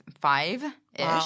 five-ish